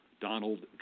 Donald